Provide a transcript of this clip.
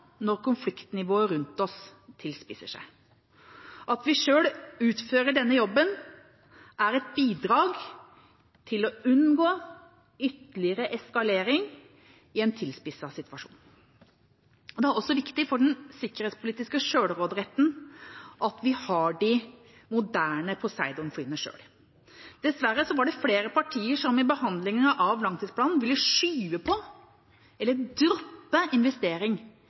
når konfliktnivået rundt oss tilspisser seg. At vi sjøl utfører denne jobben, er et bidrag til å unngå ytterligere eskalering i en tilspisset situasjon. Det er også viktig for den sikkerhetspolitiske sjølråderetten at vi har de moderne Poseidon-flyene sjøl. Dessverre var det flere partier som i behandlingen av langtidsplanen ville skyve på eller droppe investering